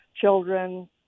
children